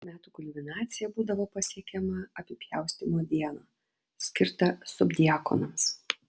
metų kulminacija būdavo pasiekiama apipjaustymo dieną skirtą subdiakonams